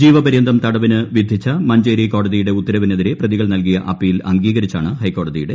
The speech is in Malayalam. ജീവപര്യന്തം തടവിന് വിധിച്ച മഞ്ചേരി കോടതിയുടെ ഉത്തരവിനെതിരെ പ്രതികൾ നൽകിയ അപ്പീൽ അംഗീകരിച്ചാണ് ഹൈക്കോടതിയുടെ നടപടി